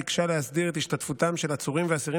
ביקשה להסדיר את השתתפותם של עצורים ואסירים